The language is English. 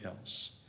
else